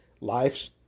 life's